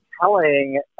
telling